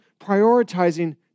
prioritizing